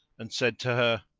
and said to her,